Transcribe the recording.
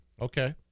Okay